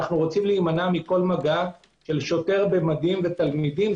אנו רוצים להימנע מכל מגע של שוטר במדים ותלמידים.